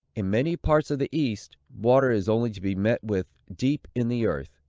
in many parts of the east, water is only to be met with deep in the earth,